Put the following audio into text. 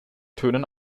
tönen